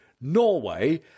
Norway